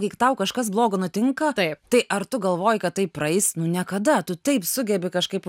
jeigu tau kažkas blogo nutinka taip tai ar tu galvoji kad tai praeis nu niekada tu taip sugebi kažkaip